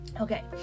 Okay